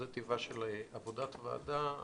זו טיבה של עבודת ועדה.